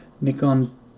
Nikon